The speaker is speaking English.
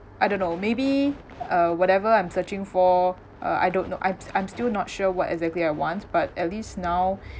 I don't know maybe uh whatever I'm searching for uh I don't know I'm I'm still not sure what exactly I want but at least now